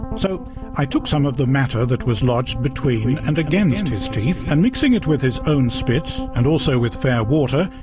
so i took some of the matter that was lodged between and against his teeth, and mixing it with his own spit and also with fair water,